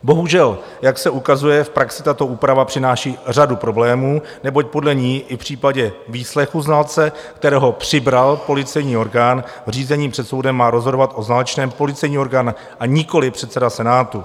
Bohužel, jak se ukazuje, v praxi tato úprava přináší řadu problémů, neboť podle ní i v případě výslechu znalce, kterého přibral policejní orgán, v řízení před soudem má rozhodovat o znalečném policejní orgán, a nikoliv předseda senátu.